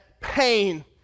pain